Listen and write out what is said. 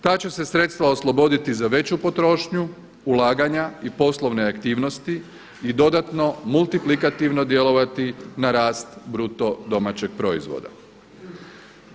Ta će se sredstva osloboditi za veću potrošnju, ulaganja i poslovne aktivnosti i dodatno multiplikativno djelovati na rast BDP-a.